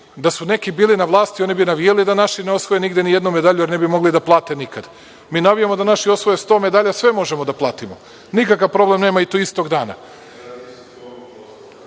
su neki bili na vlasti, oni bi navijali da naši ne osvoje nigde ni jednu medalju, jer ne bi mogli da plate nikad. Mi navijamo da naši osvoje 100 medalja, sve možemo da platimo. Nikakav problem nema, i to istog